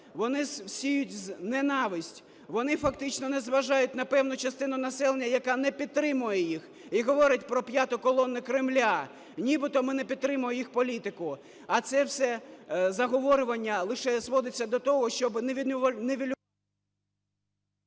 вони сіють ненависть, вони фактично не зважають на певну частину населення, яка не підтримує їх, і говорять про "п'яту колонну" Кремля, нібито ми не підтримуємо їх політику. А це все заговорювання лише зводиться до того, щоби нівелювати